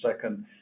second